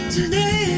Today